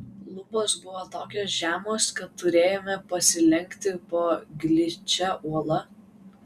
lubos buvo tokios žemos kad turėjome pasilenkti po gličia uola